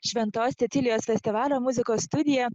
šventos cecilijos festivalio muzikos studija